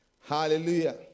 Hallelujah